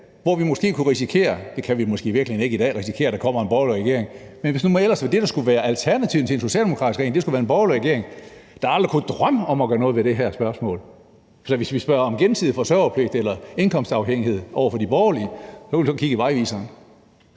hvor vi måske kunne risikere – det kan vi måske i virkeligheden ikke i dag – at der kommer en borgerlig regering, altså hvis det, der skulle være alternativet til en socialdemokratisk regering, var en borgerlig regering, der aldrig kunne drømme om at gøre noget ved det her spørgsmål? Hvis vi spørger de borgerlige om gensidig forsørgerpligt eller indkomstafhængighed, kan vi lige så godt kigge i vejviseren